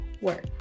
work